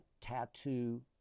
Tattoo